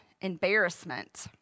embarrassment